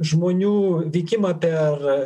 žmonių vykimą per